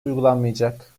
uygulanmayacak